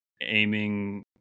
aiming